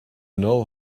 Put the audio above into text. know